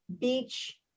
beach